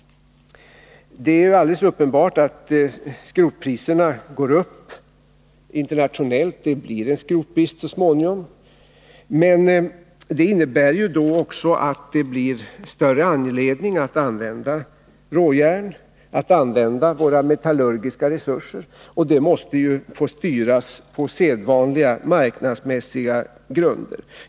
Det är alldeles uppenbart att skrotpriserna går upp internationellt. Det blir en skrotbrist så småningom. Det innebär då också att det kommer att finnas större anledning Mö att använda råjärn och våra metallurgiska resurser. De måste få styras på sedvanliga marknadsmässiga grunder.